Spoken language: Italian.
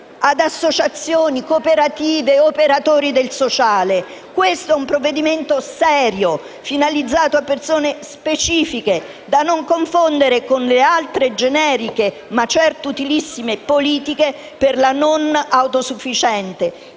ad associazioni, cooperative, operatori del sociale. Questo è un provvedimento serio, finalizzato a persone specifiche, da non confondere con le altre generiche - ma certo utilissime - politiche per la non autosufficienza,